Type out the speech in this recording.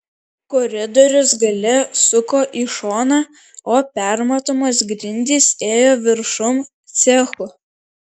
koridorius gale suko į šoną o permatomos grindys ėjo viršum cechų